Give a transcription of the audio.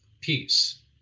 peace